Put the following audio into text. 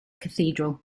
cathedral